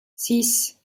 six